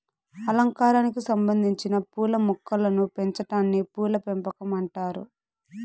అలంకారానికి సంబందించిన పూల మొక్కలను పెంచాటాన్ని పూల పెంపకం అంటారు